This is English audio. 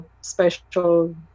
special